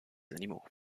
animaux